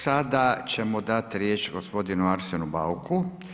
Sada ćemo dati riječ gospodinu Arsenu Bauku.